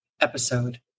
episode